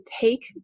take